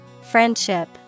Friendship